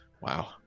Wow